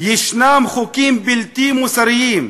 יש חוקים בלתי מוסריים.